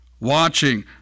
watching